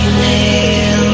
nail